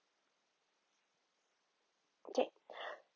okay